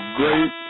great